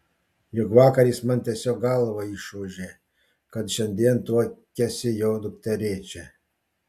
juk vakar jis man tiesiog galvą išūžė kad šiandien tuokiasi jo dukterėčia